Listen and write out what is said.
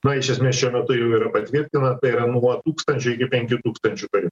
na iš esmės šiuo metu jau yra patvirtinta tai yra tūkstančio iki penkių tūkstančių karių